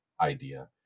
idea